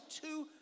two